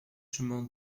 chemin